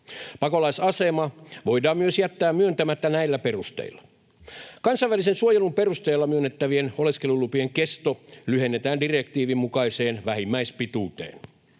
Pakolaisasema voidaan myös jättää myöntämättä näillä perusteilla. Kansainvälisen suojelun perusteella myönnettävien oleskelulupien kesto lyhennetään direktiivin mukaiseen vähimmäispituuteen.